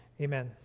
Amen